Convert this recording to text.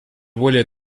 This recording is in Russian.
более